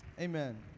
amen